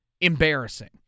embarrassing